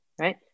right